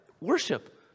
Worship